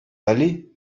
валли